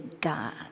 God